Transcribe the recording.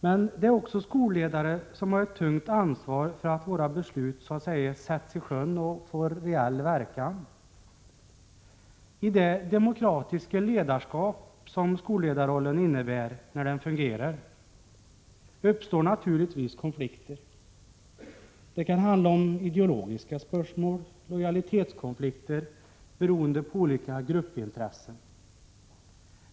Men det är också skolledare som har ett tungt ansvar för att våra beslut så att säga sätts i sjön och får reell verkan. I det demokratiska ledarskap som skolledarrollen innebär när den fungerar uppstår naturligtvis konflikter. Det kan handla om ideologiska spörsmål eller lojalitetskonflikter beroende på olika gruppintressen.